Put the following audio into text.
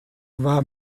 war